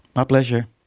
my pleasure.